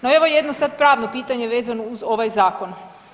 No, evo jedno sad pravno pitanje vezano uz ovaj zakon.